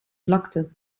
vlakte